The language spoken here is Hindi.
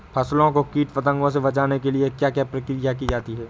फसलों को कीट पतंगों से बचाने के लिए क्या क्या प्रकिर्या की जाती है?